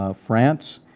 ah france,